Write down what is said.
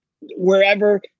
wherever